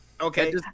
Okay